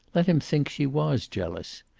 let him think she was jealous.